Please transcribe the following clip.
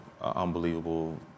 unbelievable